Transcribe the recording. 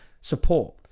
support